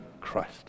Christ